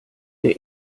der